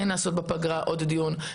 כן לעשות בפגרה עוד דיון,